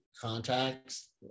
contacts